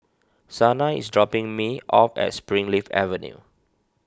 Sanai is dropping me off at Springleaf Avenue